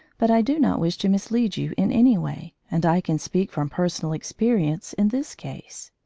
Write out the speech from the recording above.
but i do not wish to mislead you in any way, and i can speak from personal experience in this case.